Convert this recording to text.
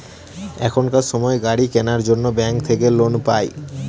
এখনকার সময় গাড়ি কেনার জন্য ব্যাঙ্ক থাকে লোন পাই